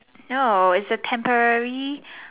no it's a temporary